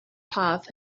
path